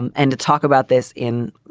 and and to talk about this in,